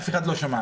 אבל אף אחד לא שמע.